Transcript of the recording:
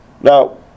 Now